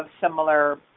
similar